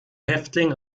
häftling